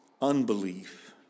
unbelief